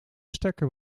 stekker